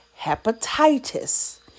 hepatitis